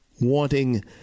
wanting